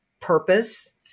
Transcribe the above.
purpose